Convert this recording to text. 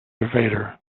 vader